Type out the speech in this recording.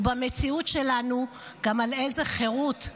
ובמציאות שלנו, גם על איזה חירות?